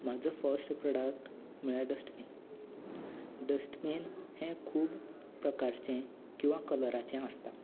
म्हजो first product म्हणल्यार dustbin dustbin हें खूब प्रकाराचें किंवा कलराचें आसता